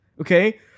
Okay